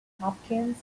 hopkins